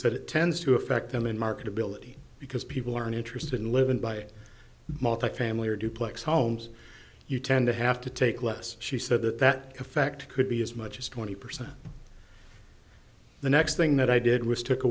said it tends to affect them in market ability because people aren't interested in living by family or duplex homes you tend to have to take less she said that that effect could be as much as twenty percent the next thing that i did was t